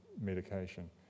medication